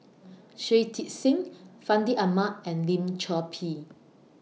Shui Tit Sing Fandi Ahmad and Lim Chor Pee